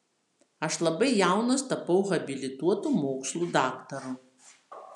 aš labai jaunas tapau habilituotu mokslų daktaru